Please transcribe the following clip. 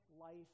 life